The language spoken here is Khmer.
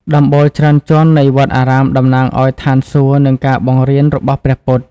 ដំបូលច្រើនជាន់នៃវត្តអារាមតំណាងឱ្យឋានសួគ៌និងការបង្រៀនរបស់ព្រះពុទ្ធ។